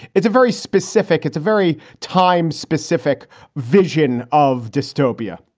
it's a very specific it's a very time specific vision of dystopia.